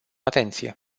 atenție